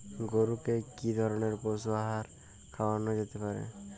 গরু কে কি ধরনের পশু আহার খাওয়ানো যেতে পারে?